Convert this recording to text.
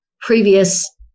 previous